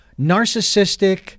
narcissistic